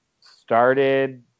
started